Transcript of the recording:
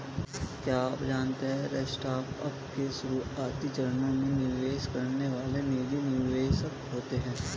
क्या आप जानते है स्टार्टअप के शुरुआती चरणों में निवेश करने वाले निजी निवेशक होते है?